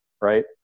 right